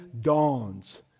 dawns